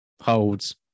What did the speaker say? holds